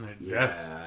Yes